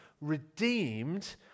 redeemed